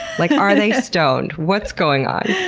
like, are they stoned? what's going on?